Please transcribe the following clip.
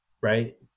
right